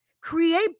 Create